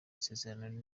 isezerano